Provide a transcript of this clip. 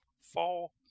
fall